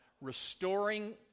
restoring